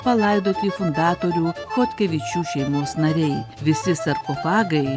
palaidoti fundatorių chodkevičių šeimos nariai visi sarkofagai